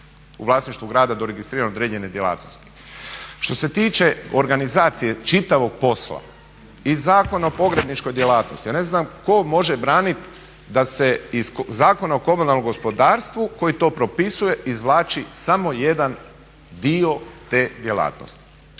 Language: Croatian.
u vlasništvu grada doregistrirane određene djelatnosti. Što se tiče organizacije čitavog posla iz Zakona o pogrebničkoj djelatnosti ja ne znam tko može braniti da se iz Zakona o komunalnom gospodarstvu koji to propisuje izvlači samo jedan dio te djelatnosti